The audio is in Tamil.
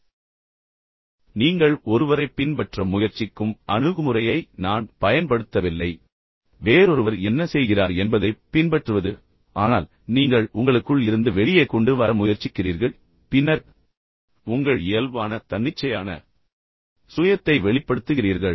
எனவே நீங்கள் ஒருவரைப் பின்பற்ற முயற்சிக்கும் அணுகுமுறையை நான் பயன்படுத்தவில்லை பின்னர் வேறொருவர் என்ன செய்கிறார் என்பதைப் பின்பற்றுவது ஆனால் நீங்கள் உங்களுக்குள் இருந்து வெளியே கொண்டு வர முயற்சிக்கிறீர்கள் பின்னர் உங்கள் இயல்பான தன்னிச்சையான சுயத்தை வெளிப்படுத்துகிறீர்கள்